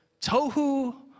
tohu